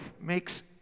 makes